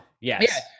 Yes